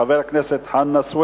הצעת חוק פ/303,